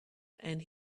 and